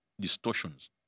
distortions